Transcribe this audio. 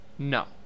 No